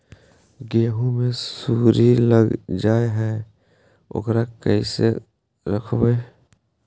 गेहू मे सुरही लग जाय है ओकरा कैसे रखबइ?